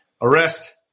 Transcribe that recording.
arrest